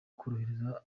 kohereza